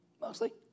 mostly